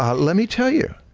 um let me tell you.